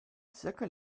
zirkel